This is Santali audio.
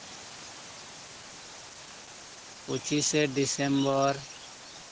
ᱯᱚᱸᱪᱤᱥᱮ ᱰᱤᱥᱮᱢᱵᱚᱨ